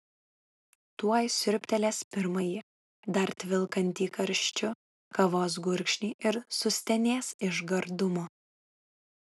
tuoj siurbtelės pirmąjį dar tvilkantį karščiu kavos gurkšnį ir sustenės iš gardumo